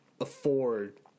afford